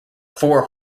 four